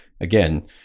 again